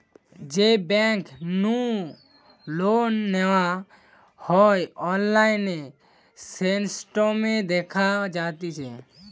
যেই বেংক নু লোন নেওয়া হয়অনলাইন স্টেটমেন্ট দেখা যাতিছে